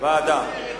ועדה.